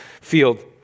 field